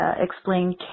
explain